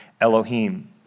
Elohim